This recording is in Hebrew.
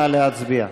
נא להצביע.